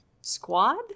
squad